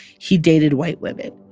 he dated white women.